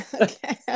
Okay